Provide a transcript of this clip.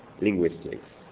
linguistics